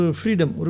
freedom